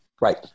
Right